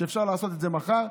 כשאפשר לעשות את זה מחר,